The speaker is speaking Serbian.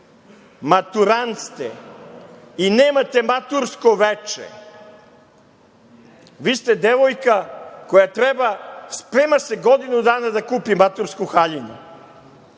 maturant ste i nemate matursko veče. Vi ste devojka koja treba, sprema se godinu dana da kupi matursku haljinu